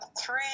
three